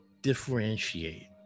differentiate